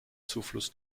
zufluss